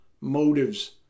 motives